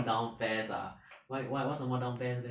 down PES ah why why 为什么 down PES leh